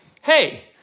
hey